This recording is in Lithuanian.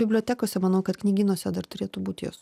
bibliotekose manau kad knygynuose dar turėtų būt jos